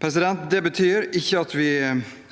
forskyves. Det betyr ikke at vi